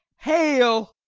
hail!